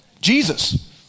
Jesus